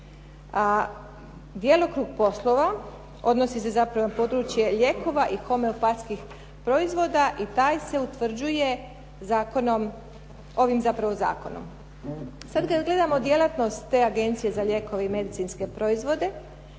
djelokrug poslova odnosi se zapravo na područje lijekova i homeopatskih proizvoda i taj se utvrđuje ovim zakonom. Sad kad gledamo djelatnost te Agencije za lijekove i medicinske proizvode,